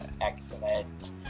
excellent